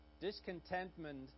discontentment